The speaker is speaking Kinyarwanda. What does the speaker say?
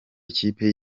ikipe